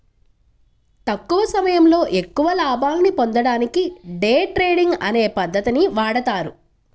తక్కువ సమయంలో ఎక్కువ లాభాల్ని పొందడానికి డే ట్రేడింగ్ అనే పద్ధతిని వాడతారు